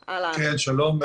שלום.